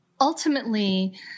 ultimately